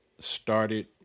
started